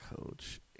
coach